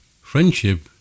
Friendship